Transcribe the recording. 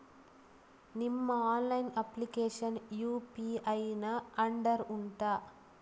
ನಿಮ್ಮ online application UPI ನ under ಉಂಟಾ